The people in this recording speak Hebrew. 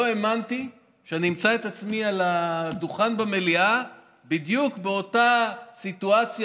לא האמנתי שאמצא את עצמי על הדוכן במליאה בדיוק באותה סיטואציה